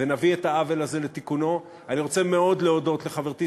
לכן החוק הזה